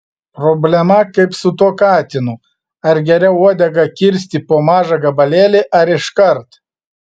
problema kaip su tuo katinu ar geriau uodegą kirsti po mažą gabalėlį ar iškart